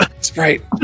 Sprite